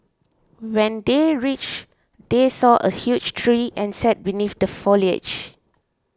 when they reached they saw a huge tree and sat beneath the foliage